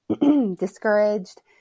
discouraged